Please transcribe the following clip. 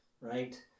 right